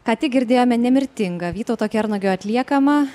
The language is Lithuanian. ką tik girdėjome nemirtingą vytauto kernagio atliekamą